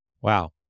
Wow